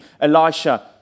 Elisha